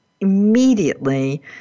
immediately